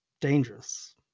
dangerous